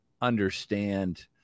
understand